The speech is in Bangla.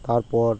তারপর